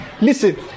listen